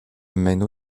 mène